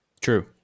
True